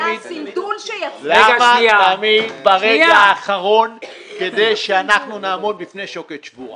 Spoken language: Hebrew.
למה תמיד ברגע האחרון כדי שאנחנו נעמוד בפני שוקת שבורה?